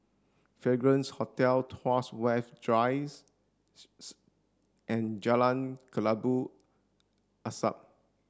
Fragrance Hotel Tuas West Drice and Jalan Kelabu Asap